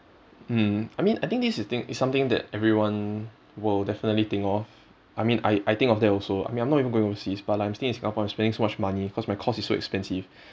mm I mean I think this is the thing it's something that everyone will definitely think of I mean I I think of that also I mean I'm not even going overseas but like I'm staying in singapore and spending so much money cause my course is so expensive